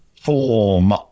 form